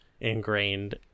ingrained